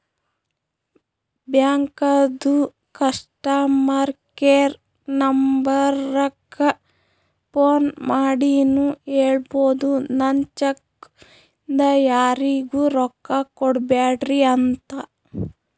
ಬ್ಯಾಂಕದು customer care ನಂಬರಕ್ಕ phone ಮಾಡಿನೂ ಹೇಳ್ಬೋದು, ನನ್ ಚೆಕ್ ಇಂದ ಯಾರಿಗೂ ರೊಕ್ಕಾ ಕೊಡ್ಬ್ಯಾಡ್ರಿ ಅಂತ